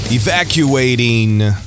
Evacuating